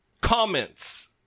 comments